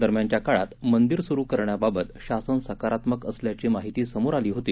दरम्यानच्या काळात मंदिर सुरू करण्याबाबत शासन सकारात्मक असल्याची माहिती समोर आली होती